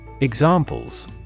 Examples